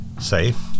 safe